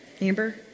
Amber